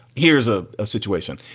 here's a ah situation.